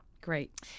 Great